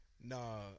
nah